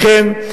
לכן,